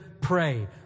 pray